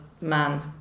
man